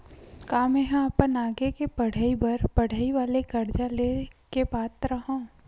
का मेंहा अपन आगे के पढई बर पढई वाले कर्जा ले के पात्र हव?